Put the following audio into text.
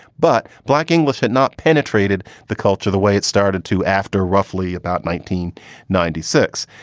but black english had not penetrated the culture the way it started to after roughly about nineteen ninety six.